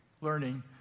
learning